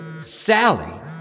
Sally